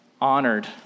honored